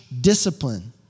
discipline